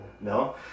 No